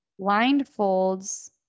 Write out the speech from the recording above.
blindfolds